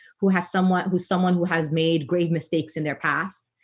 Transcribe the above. who has someone who's someone who has made great mistakes in their past?